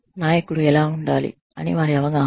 నాయకుడు ఎలా ఉండాలి అని వారి అవగాహన